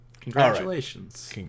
Congratulations